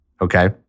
Okay